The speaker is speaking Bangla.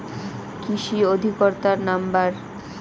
কৃষি অধিকর্তার নাম্বার?